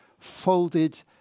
folded